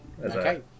Okay